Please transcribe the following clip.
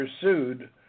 pursued